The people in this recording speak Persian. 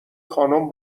خانم